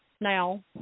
now